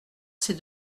ces